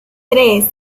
tres